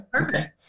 okay